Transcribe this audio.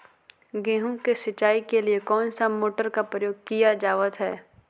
गेहूं के सिंचाई के लिए कौन सा मोटर का प्रयोग किया जावत है?